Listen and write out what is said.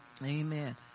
Amen